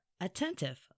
Attentive